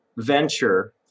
venture